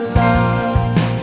love